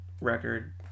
record